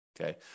okay